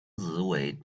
子为